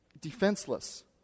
Defenseless